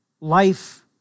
life